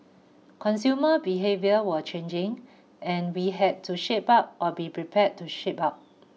consumer behaviour were changing and we had to shape up or be prepared to ship out